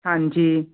ਹਾਂਜੀ